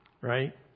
Right